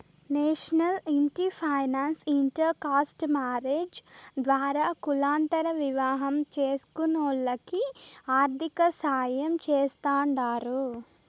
national ఇంటి finance inter caste marriages ద్వారా కులాంతర వివాహం చేస్కునోల్లకి ఆర్థికసాయం చేస్తాండారు